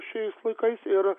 šiais laikais ir